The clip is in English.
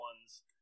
ones